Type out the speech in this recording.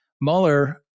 Mueller